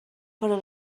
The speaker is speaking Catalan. però